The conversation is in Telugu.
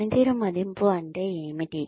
పనితీరు మదింపు అంటే ఏమిటి